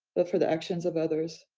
but for the actions of others,